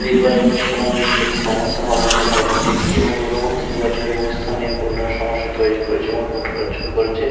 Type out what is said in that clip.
নির্বাচনের সময় আপনি কী সমস্যার সম্মুখীন হয়েছেন কী কী এবং দূরবর্তী নির্বাচনী স্থানীয় গুন্ডারা সমস্যা তৈরি করছে এবং ভোট কারচুপি করেছে